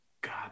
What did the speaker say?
god